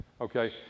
okay